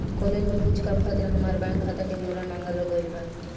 college में कुछ काम खातिर हामार बैंक खाता के विवरण मांगल गइल बा